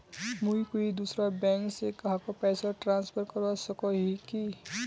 मुई कोई दूसरा बैंक से कहाको पैसा ट्रांसफर करवा सको ही कि?